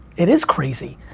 it is crazy.